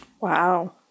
Wow